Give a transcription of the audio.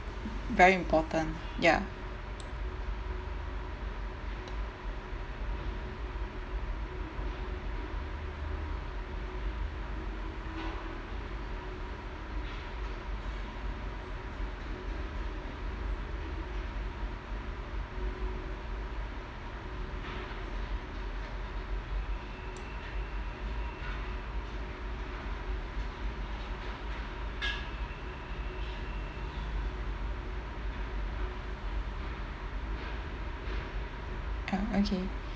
very important ya ah okay